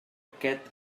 aquest